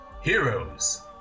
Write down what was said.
Heroes